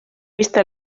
vista